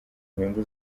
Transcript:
inyungu